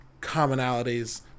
commonalities